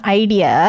idea